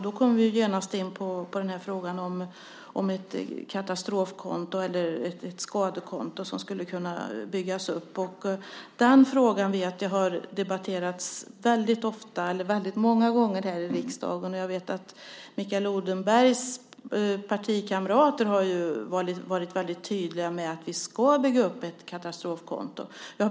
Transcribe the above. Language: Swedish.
Då kommer vi genast in på frågan om inte ett katastrofkonto eller ett skadekonto skulle kunna byggas upp. Jag vet att den frågan har debatterats väldigt många gånger här i riksdagen. Jag vet också att Mikael Odenbergs partikamrater har varit väldigt tydliga om att vi ska bygga upp ett katastrofkonto.